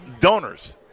Donors